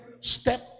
step